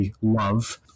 love